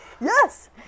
Yes